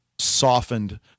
softened